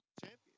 champion